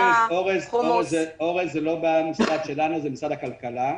אורז זה לא במשרד שלנו, זה במשרד הכלכלה.